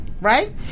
right